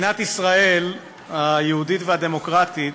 מדינת ישראל היהודית והדמוקרטית